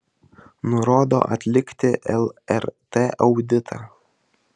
nurodo atlikti lrt auditą